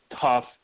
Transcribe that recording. tough